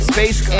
Space